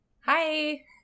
Hi